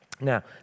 Now